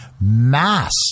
mass